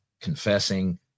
confessing